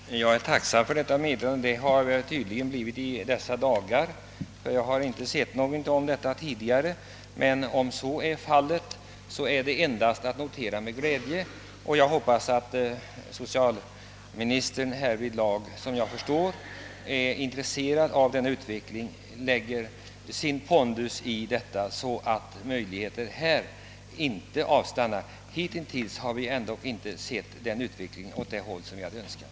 Herr talman! Jag är tacksam för detta meddelande. Det forskningsarbete statsrådet nämner har tydligen påbörjats i dessa dagar — jag har inte tidigare sett någonting om det — men om så är fallet så är det endast att notera med glädje. Jag hoppas att socialministern, som jag förstår är intresserad av denna utveckling, med sin pondus skall verka för att utvecklingen inte avstannar. Hittills har vi ändå inte sett den utveckling som vi skulle ha önskat.